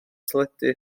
teledu